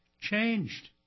changed